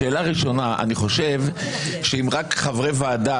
שאלה ראשונה: אם רק חברי ועדה,